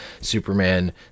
Superman